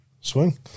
Swing